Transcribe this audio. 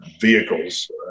vehicles